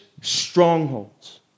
strongholds